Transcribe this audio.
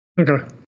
Okay